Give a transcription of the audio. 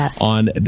on